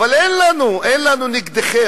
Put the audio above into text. אבל אין לנו, אין לנו נגדכם.